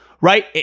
right